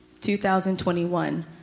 2021